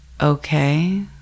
okay